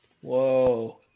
Whoa